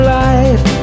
life